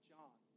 John